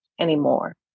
anymore